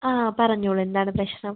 പറഞ്ഞോളൂ എന്താണ് പ്രശ്നം